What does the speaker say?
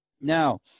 Now